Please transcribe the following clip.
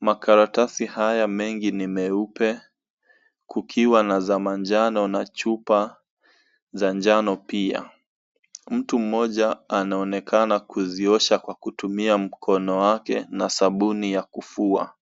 Makaratasi haya mengi ni meupe kukiwa na za manjnao na chupa za njano pia. Mtu mmoja anaonekana kuziosha kwa kutumia mkono wake na sabuni ya kufua.